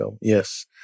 Yes